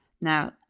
Now